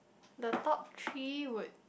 the top three would